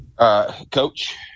Coach